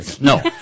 No